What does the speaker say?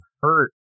hurt